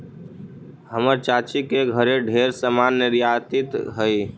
हमर चाची के घरे ढेर समान निर्यातित हई